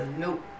Nope